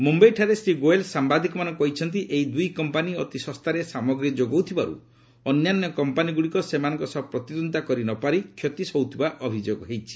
ମୁମ୍ୟାଇଠାରେ ଶ୍ରୀ ଗୋଏଲ୍ ସାମ୍ବାଦିକମାନଙ୍କୁ କହିଛନ୍ତି ଏହି ଦୁଇ କମ୍ପାନୀ ଅତି ଶସ୍ତାରେ ସାମଗ୍ରୀ ଯୋଗାଉଥିବାରୁ ଅନ୍ୟାନ୍ୟ କମ୍ପାନୀଗୁଡ଼ିକ ସେମାନଙ୍କ ସହ ପ୍ରତିଦ୍ୱନ୍ଦ୍ୱିତା କରି ନ ପାରି କ୍ଷତି ସହ୍ରୁଥିବା ଅଭିଯୋଗ ହୋଇଛି